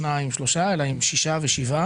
שניים או שלושה ילדים אלא עם שישה או שבעה